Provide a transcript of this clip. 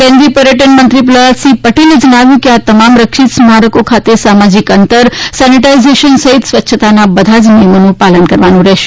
કેન્દ્રીય પર્યટન મંત્રી પ્રહલાદસિંહ પટેલે જણાવ્યું હતું કે આ તમામ રક્ષિત સ્મારકો ખાતે સામાજીક અંતર સેનીટાઈઝેશન સહિત સ્વચ્છતાના બધા જ નિયમોનું પાલન કરવાનું રહેશે